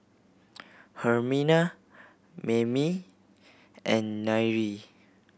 Hermina Mamie and Nyree